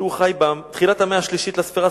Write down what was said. שחי בתחילת המאה השלישית לספירה,